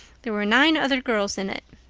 there were nine other girls in it.